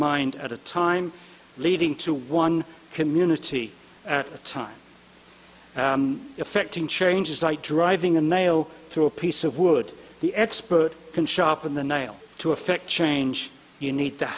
mind at a time leading to one community at a time effecting change is like driving a nail through a piece of wood the expert can shop in the nile to affect change you need t